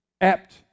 apt